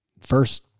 first